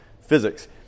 physics